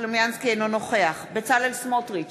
אינו נוכח בצלאל סמוטריץ,